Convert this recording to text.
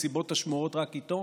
מסיבות השמורות רק איתו,